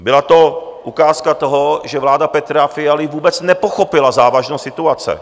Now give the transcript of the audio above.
Byla to ukázka toho, že vláda Petra Fialy vůbec nepochopila závažnost situace.